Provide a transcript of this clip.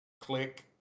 Click